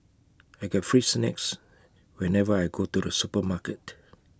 I get free snacks whenever I go to the supermarket